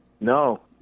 No